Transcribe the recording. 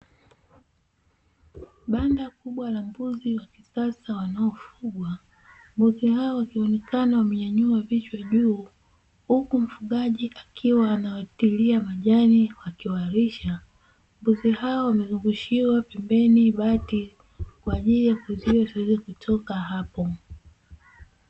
Banda kubwa la mbuzi wa kisasa wanaofugwa mbuzi hao wakionekana wamenyanyua vichwa juu, huku mfugaji akiwa anawatilia majani wakiwalisha, mbuzi hao wamezungushiwa pembeni mabahati kwa ajili ya kuzuia wasiweze kutoka hapo.